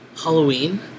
Halloween